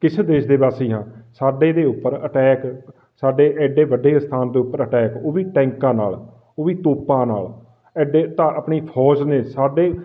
ਕਿਸ ਦੇਸ਼ ਦੇ ਵਾਸੀ ਹਾਂ ਸਾਡੇ ਦੇ ਉੱਪਰ ਅਟੈਕ ਸਾਡੇ ਐਡੇ ਵੱਡੇ ਅਸਥਾਨ ਦੇ ਉੱਪਰ ਅਟੈਕ ਉਹ ਵੀ ਟੈਂਕਾਂ ਨਾਲ ਉਹ ਵੀ ਤੋਪਾਂ ਨਾਲ ਐਡੇ ਆਪਣੀ ਫੌਜ ਨੇ ਸਾਡੇ